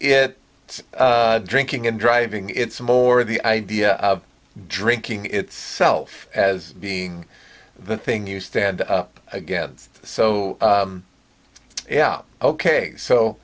it drinking and driving it's more the idea of drinking its self as being the thing you stand up against so yeah ok so